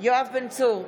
יואב בן צור,